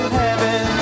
heaven